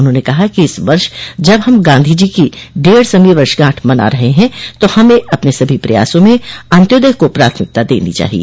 उन्होंने कहा कि इस वर्ष जब हम गांधी जी की डेढ सौवीं वर्षगांठ मना रहे ह तो हमें अपने सभी प्रयासों में अंत्योदय को प्राथमिकता देनी चाहिए